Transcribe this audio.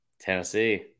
Tennessee